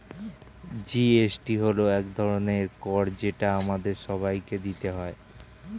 GST হল এক ধরনের কর যেটা আমাদের সবাইকে দিতে হয়